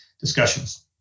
discussions